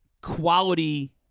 quality